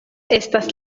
estas